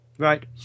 right